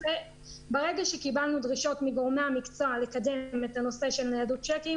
ברגע שקיבלנו דרישות מגורמי המקצוע לקדם את הנושא של ניידות צ'קים,